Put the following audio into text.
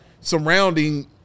surrounding